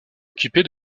occupé